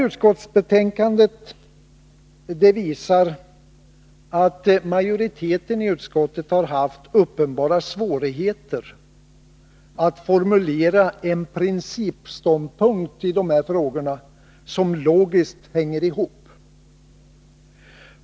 Utskottsbetänkandet visar att majoriteten i utskottet haft uppenbara svårigheter att i de här frågorna formulera en principståndpunkt som logiskt hänger ihop.